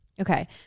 Okay